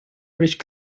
british